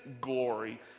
glory